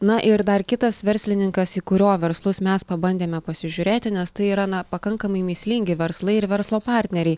na ir dar kitas verslininkas į kurio verslus mes pabandėme pasižiūrėti nes tai yra na pakankamai mįslingi verslai ir verslo partneriai